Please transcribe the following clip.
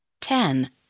Ten